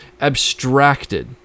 abstracted